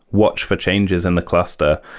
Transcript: watch for changes in the cluster.